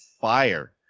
fire